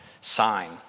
sign